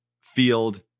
field